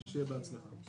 ושיהיה בהצלחה.